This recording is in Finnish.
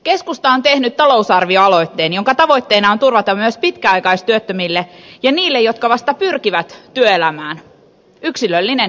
keskusta on tehnyt talousarvioaloitteen jonka tavoitteena on turvata myös pitkäaikaistyöttömille ja niille jotka vasta pyrkivät työelämään yksilöllinen työttömyysturva